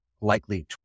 likely